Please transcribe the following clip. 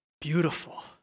beautiful